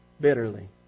bitterly